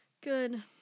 Good